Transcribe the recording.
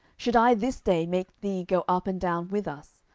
should i this day make thee go up and down with us?